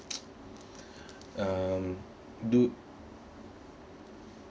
um do~